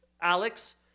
Alex